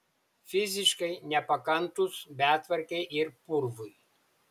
fiziškai nepakantūs betvarkei ir purvui